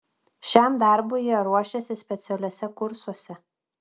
šiam darbui jie ruošiasi specialiuose kursuose